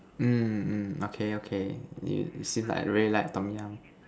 mm mm okay okay you seem like you really like Tom-Yum